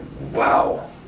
wow